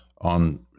on